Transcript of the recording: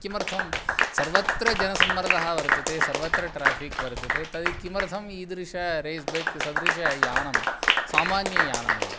किमर्थं सर्वत्र जनसम्मर्दः वर्तते सर्वत्र ट्राफ़िक् वर्तते तद् किमर्थम् ईदृशं रेस् बैक् सदृशं यानं सामान्ययानमेव